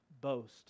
boast